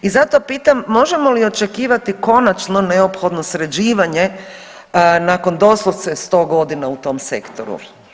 I zato pitam možemo li očekivati konačno neophodno sređivanje nakon doslovce sto godina u tom sektoru?